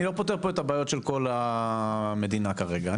אני לא פותר פה את הבעיות של כל המדינה כרגע.